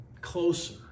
closer